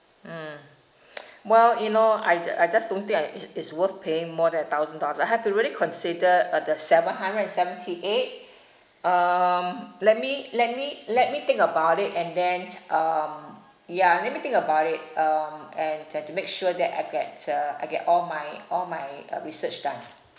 mm well you know I ju~ I just don't think I is is worth paying more than a thousand dollars I have to really consider uh the seven hundred and seventy eight um let me let me let me think about it and then um ya let me think about it um and um I've to make sure that I get uh I get all my all my uh research done